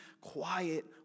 quiet